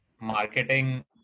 marketing